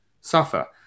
suffer